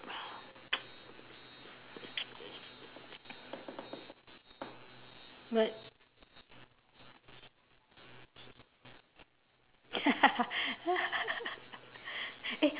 but